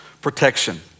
protection